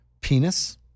Penis